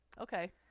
Okay